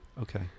Okay